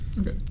Okay